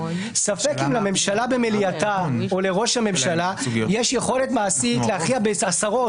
ספק אם לממשלה במליאתה או לראש הממשלה יש יכולת מעשית להכריע בעשרות